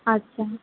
আচ্ছা